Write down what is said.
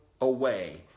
away